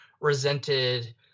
resented